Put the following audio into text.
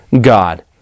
God